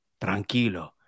tranquilo